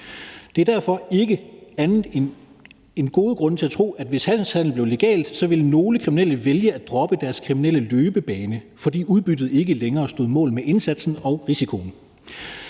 Der er derfor ikke andet end gode grunde til at tro, at hvis hashhandel blev legalt, ville nogle kriminelle vælge at droppe deres kriminelle løbebane, fordi udbyttet ikke længere stod mål med indsatsen og risikoen.